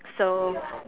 so